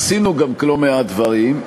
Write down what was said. עשינו גם לא מעט דברים,